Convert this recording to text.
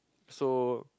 so